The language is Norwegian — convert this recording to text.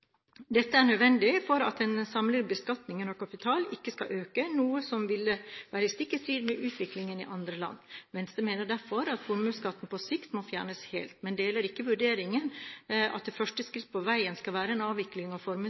kapital ikke skal øke, noe som vil være stikk i strid med utviklingen i andre land. Venstre mener derfor at formuesskatten på sikt må fjernes helt, men deler ikke den vurderingen at det første skritt på veien skal være en